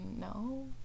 No